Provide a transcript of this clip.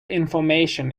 information